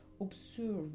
Observe